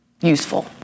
useful